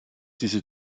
diese